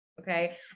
Okay